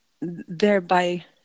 thereby